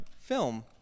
film